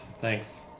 thanks